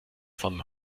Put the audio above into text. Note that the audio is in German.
von